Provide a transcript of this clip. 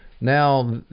Now